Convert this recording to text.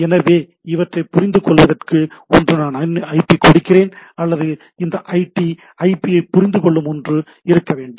எனவே இவற்றை புரிந்து கொள்வதற்கு ஒன்று நான் ஐபி கொடுக்கிறேன் அல்லது அந்த ஐடி ஐபியை புரிந்துகொள்ளும் ஒன்று இருக்க வேண்டும்